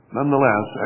Nonetheless